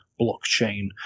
blockchain